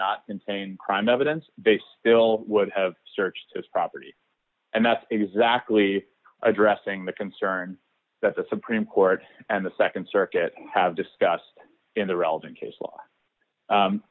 not insane crime evidence they still would have searched his property and that's exactly addressing the concern that the supreme court and the nd circuit have discussed in the relevant case law